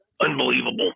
Unbelievable